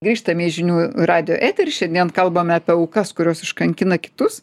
grįžtame į žinių radijo eterį šiandien kalbame apie aukas kurios iškankina kitus